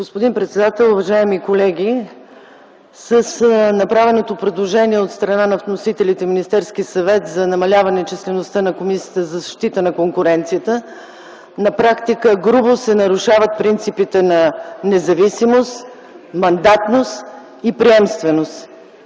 Господин председател, уважаеми колеги! С направеното предложение от страна на вносителите – Министерският съвет, за намаляване числеността на Комисията за защита на конкуренцията на практика грубо се нарушават принципите на независимост, мандатност и приемственост